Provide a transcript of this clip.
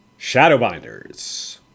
Shadowbinders